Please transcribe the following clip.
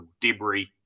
debris